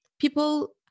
People